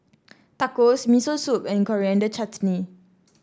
Tacos Miso Soup and Coriander Chutney